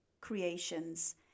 creations